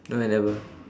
no I never